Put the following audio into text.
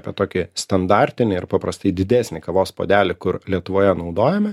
apie tokį standartinį ir paprastai didesnį kavos puodelį kur lietuvoje naudojame